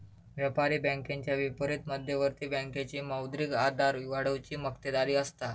व्यापारी बँकेच्या विपरीत मध्यवर्ती बँकेची मौद्रिक आधार वाढवुची मक्तेदारी असता